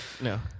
No